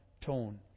tone